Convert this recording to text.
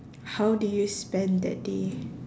how do you spend that day